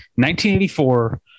1984